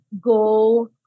go